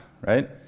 right